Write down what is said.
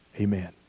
amen